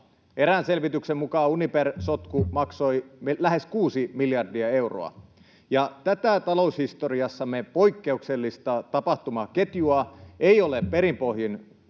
Erään selvityksen mukaan Uniper-sotku maksoi lähes 6 miljardia euroa. Tätä taloushistoriassamme poikkeuksellista tapahtumaketjua ei ole perin pohjin